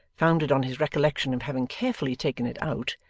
founded on his recollection of having carefully taken it out,